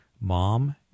mom